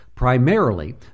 primarily